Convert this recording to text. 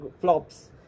flops